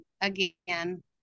again